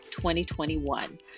2021